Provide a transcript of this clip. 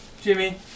Jimmy